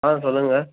ஆ சொல்லுங்கள்